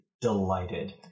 delighted